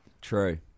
True